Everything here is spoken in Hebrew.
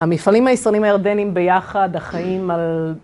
המפעלים הישראלים והירדניים ביחד, החיים על...